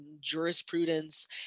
jurisprudence